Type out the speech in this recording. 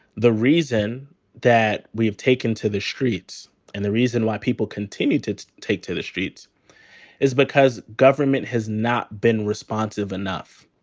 the reason that we have taken to the streets and the reason why people continue to to take to the streets is because government has not been responsive enough.